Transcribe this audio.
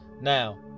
Now